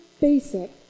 basic